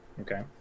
Okay